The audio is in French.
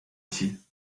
ici